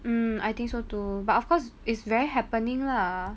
mm I think so too but of course it's very happening lah